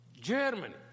Germany